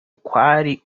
kwari